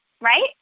right